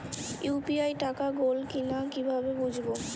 UPI টাকা গোল কিনা কিভাবে বুঝব?